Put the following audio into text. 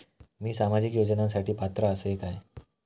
मी सामाजिक योजनांसाठी पात्र असय काय?